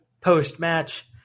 post-match